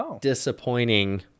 disappointing